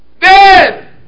dead